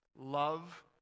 love